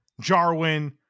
Jarwin